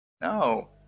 No